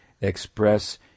express